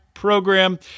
Program